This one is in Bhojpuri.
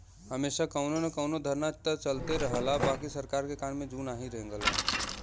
हमेशा कउनो न कउनो धरना त चलते रहला बाकि सरकार के कान में जू नाही रेंगला